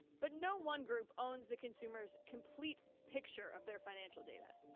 but no one group owns the consumer's complete picture of their financial data.